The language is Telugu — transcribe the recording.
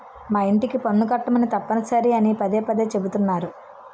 మా యింటికి పన్ను కట్టమని తప్పనిసరి అని పదే పదే చెబుతున్నారు